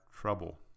trouble